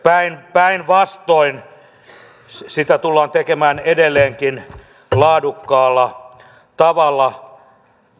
päinvastoin niitä tullaan tekemään edelleenkin laadukkaalla tavalla